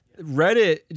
Reddit